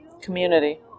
Community